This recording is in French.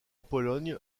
pologne